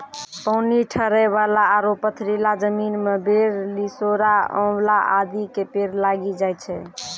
पानी ठहरै वाला आरो पथरीला जमीन मॅ बेर, लिसोड़ा, आंवला आदि के पेड़ लागी जाय छै